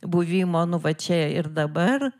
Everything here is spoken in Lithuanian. buvimo nu va čia ir dabar